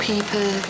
People